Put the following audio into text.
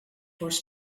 was